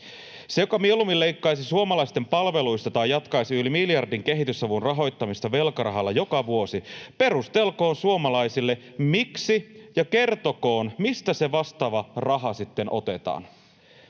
Se, joka mieluummin leikkaisi suomalaisten palveluista tai jatkaisi yli miljardin kehitysavun rahoittamista velkarahalla joka vuosi, perustelkoon suomalaisille, miksi, ja kertokoon, mistä se vastaava raha sitten otetaan.